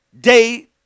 day